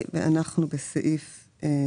בוא נעשה פגישה, בוא נקדם את זה, אנחנו נפנה